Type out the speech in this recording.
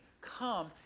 come